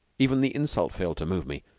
even the insult failed to move me.